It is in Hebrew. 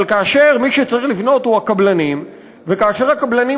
אבל כאשר מי שצריך לבנות הם הקבלנים וכאשר הקבלנים